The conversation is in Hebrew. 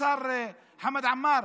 השר חמד עמאר,